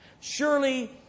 Surely